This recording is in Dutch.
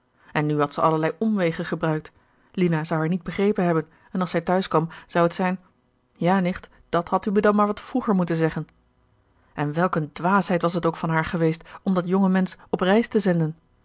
en nu had zij allerlei omwegen gebruikt lina zou haar niet begrepen hebben en als zij t'huis kwam zou het zijn ja nicht dat had u me dan maar wat vroeger moeten zeggen en welk een dwaasheid was het ook van haar geweest om dat jonge mensch op reis te zenden